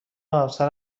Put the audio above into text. همسرم